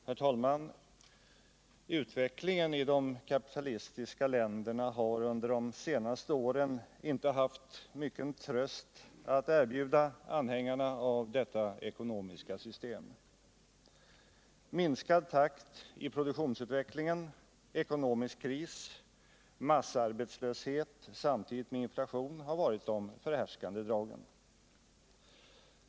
Herr talman! Utvecklingen har under de senaste åren inte haft mycken tröst att erbjuda anhängarna av det kapitalistiska systemet. Minskad takt i produktionsutvecklingen, ekonomisk kris, massarbetslöshet samtidigt med inflation har varit de förhärskande drägen.